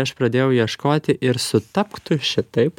aš pradėjau ieškoti ir sutapk tu šitaip